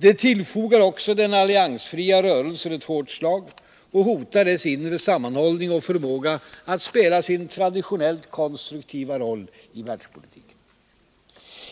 Det tillfogar också den alliansfria rörelsen ett hårt slag och hotar dess inre sammanhållning och förmåga att spela sin traditionellt konstruktiva roll i världspolitiken.